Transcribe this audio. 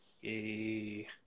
yay